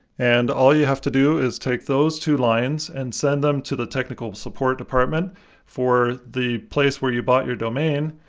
and all you have to do is take those two lines and send them to the technical support department for the place where you bought your domain,